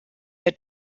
der